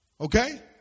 Okay